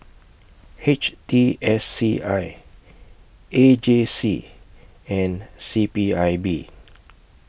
H T S C I A J C and C P I B